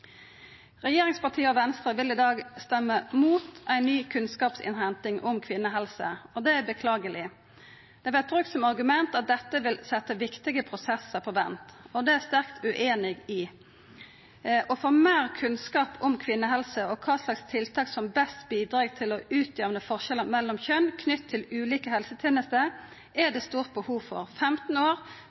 Venstre vil i dag stemma mot ei ny kunnskapsinnhenting om kvinnehelse, og det er beklageleg. Det har vore brukt som argument at dette vil setja viktige prosessar på vent, og det er eg sterkt ueinig i. Å få meir kunnskap om kvinnehelse og kva slags tiltak som best bidreg til å utjamna forskjellar mellom kjønn knytte til ulike helsetenester, er det stort behov for. 15 år,